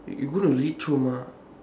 you you go to reach home ah